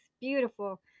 beautiful